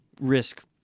risk